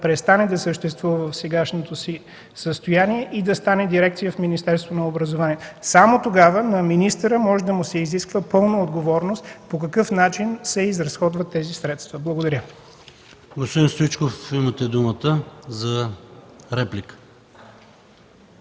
престане да съществува в сегашното си състояние и да стане дирекция в Министерството на образованието. Само тогава на министъра може да му се изисква пълна отговорност по какъв начин се изразходват тези средства. Благодаря. ПРЕДСЕДАТЕЛ ПАВЕЛ ШОПОВ: Господин Стоичков, имате думата за реплика.